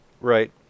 right